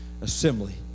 assembly